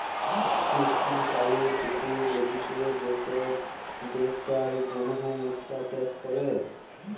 মিষ্টি পালির পুকুর, লদিতে যে সব বেপসার জনহ মুক্তা চাষ ক্যরে